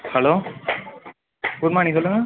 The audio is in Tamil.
ஹலோ குட் மார்னிங் சொல்லுங்கள்